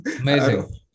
amazing